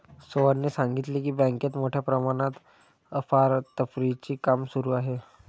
सोहनने सांगितले की, बँकेत मोठ्या प्रमाणात अफरातफरीचे काम सुरू आहे